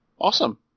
Awesome